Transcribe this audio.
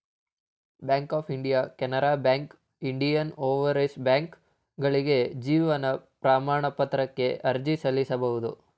bank of India Canara Bank Indian Overseas ಬ್ಯಾಂಕ್ಕ್ಗಳಿಗೆ ಜೀವನ ಪ್ರಮಾಣ ಪತ್ರಕ್ಕೆ ಅರ್ಜಿ ಸಲ್ಲಿಸಬಹುದು